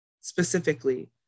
specifically